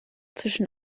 zwischen